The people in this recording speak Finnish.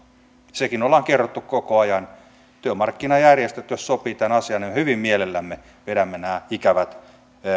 sekin on kerrottu koko ajan jos työmarkkinajärjestöt sopivat tämän asian niin hyvin mielellämme vedämme nämä ikävät